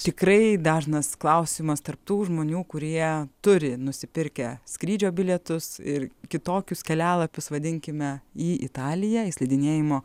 tikrai dažnas klausimas tarp tų žmonių kurie turi nusipirkę skrydžio bilietus ir kitokius kelialapius vadinkime į italiją į slidinėjimo